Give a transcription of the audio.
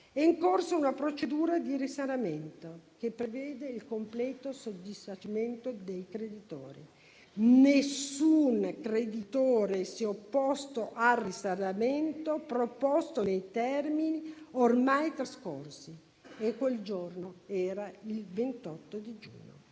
è in corso una procedura di risanamento, che prevede il completo soddisfacimento dei creditori. Nessun creditore si è opposto al risanamento proposto nei termini ormai trascorsi e quel giorno era il 28 giugno.